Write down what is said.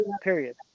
period